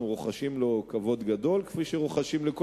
אנחנו רוחשים לו כבוד גדול כפי שאנחנו רוחשים לכל